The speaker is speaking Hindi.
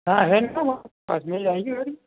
हाँ है ना वह अजमेर जाएँगे कल